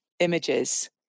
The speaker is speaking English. images